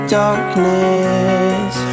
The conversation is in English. darkness